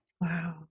Wow